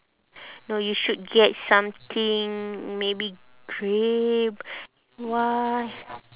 no you should get something maybe grey white